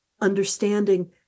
understanding